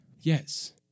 Yes